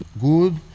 good